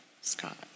Scott